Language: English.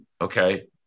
Okay